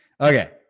Okay